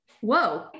Whoa